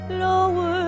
Lower